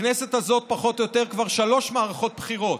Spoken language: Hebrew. הכנסת הזאת, פחות או יותר כבר שלוש מערכות בחירות.